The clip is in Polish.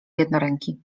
jednoręki